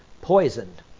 poisoned